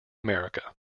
america